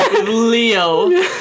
Leo